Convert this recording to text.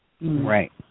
right